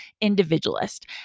individualist